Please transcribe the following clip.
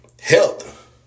Health